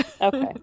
Okay